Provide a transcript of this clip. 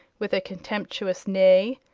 with a contemptuous neigh.